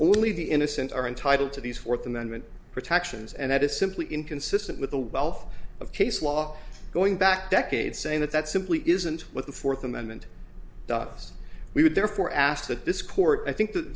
only the innocent are entitled to these fourth amendment protections and that is simply inconsistent with the wealth of case law going back decades saying that that simply isn't what the fourth amendment does we would therefore ask that this court i think that